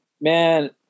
Man